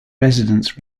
residents